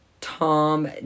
Tom